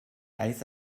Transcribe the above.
eis